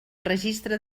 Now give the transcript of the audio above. registre